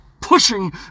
pushing